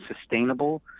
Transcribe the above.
sustainable